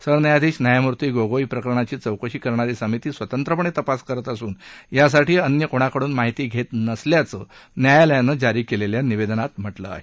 सरन्यायाधीश न्यायमूर्ती गोगोई प्रकरणाची चौकशी करणारी समिती स्वतंत्रपणे तपास करत असून यासाठी अन्य कोणाकडून माहिती घेत नसल्याचं न्यायालयानं जारी केलेल्या निवेदनात म्हटलं आहे